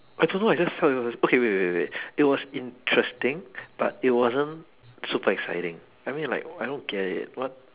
I don't know I just felt it was okay wait wait wait wait it was interesting but it wasn't super exciting I mean like I don't get it what